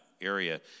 area